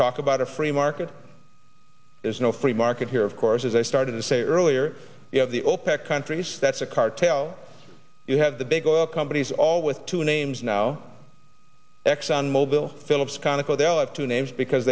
talk about a free market there's no free market here of course as i started to say earlier you have the opec countries that's a cartel you have the big oil companies all with two names now exxon mobil philips conoco they all have two names because